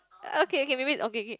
okay okay maybe okay okay